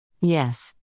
Yes